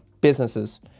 businesses